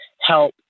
help